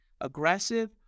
aggressive